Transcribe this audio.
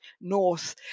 north